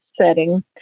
setting